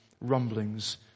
rumblings